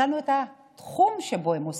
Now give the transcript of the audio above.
הצלנו את התחום שבו הם עוסקים: